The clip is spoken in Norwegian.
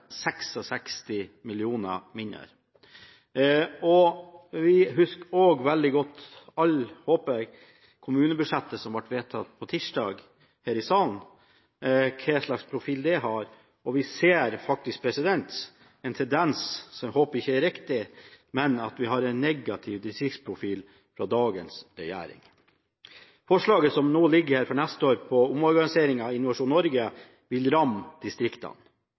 mill. kr mindre. Vi – alle, håper jeg – husker også veldig godt kommunebudsjettet som ble vedtatt på tirsdag her i salen, og hva slags profil det har. Vi ser faktisk en tendens, som jeg håper ikke er riktig, til en negativ distriktsprofil fra dagens regjering. Forslaget for neste år til omorganisering av Innovasjon Norge vil ramme